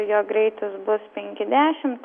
jo greitis bus penki dešimt